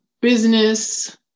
business